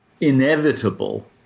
inevitable